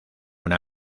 una